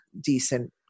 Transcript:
decent